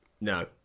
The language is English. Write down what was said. No